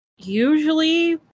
Usually